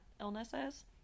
illnesses